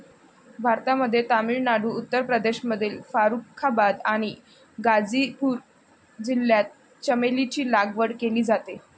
भारतामध्ये तामिळनाडू, उत्तर प्रदेशमधील फारुखाबाद आणि गाझीपूर जिल्ह्यात चमेलीची लागवड केली जाते